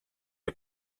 est